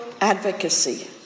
advocacy